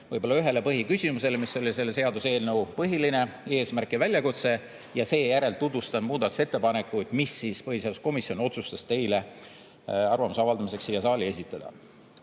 võib-olla ühele põhiküsimusele, mis oli selle seaduseelnõu põhiline eesmärk ja väljakutse, ja seejärel tutvustan muudatusettepanekuid, mis põhiseaduskomisjon otsustas teile arvamuse avaldamiseks siia saali esitada.